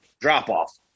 drop-off